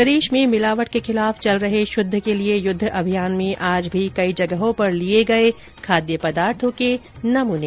प्रदेश में मिलावट के खिलाफ चल रहे शुद्ध के लिए युद्ध अभियान में आज भी कई जगहों पर लिए गए खाद्य पदार्थों के नमूने